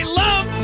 love